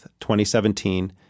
2017